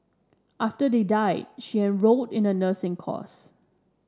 after they died she enrolled in the nursing course